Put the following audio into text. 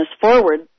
forward